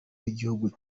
w’igihugu